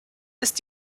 ist